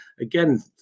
Again